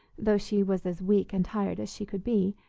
though she was as weak and tired as she could be,